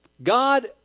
God